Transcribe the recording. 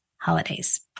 holidays